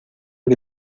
que